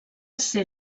ser